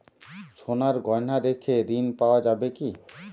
সোনার গহনা রেখে ঋণ পাওয়া যাবে কি?